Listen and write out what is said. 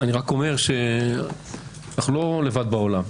אנחנו לא לבד בעולם,